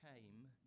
came